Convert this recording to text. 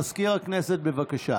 מזכיר הכנסת, בבקשה.